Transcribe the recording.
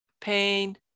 pain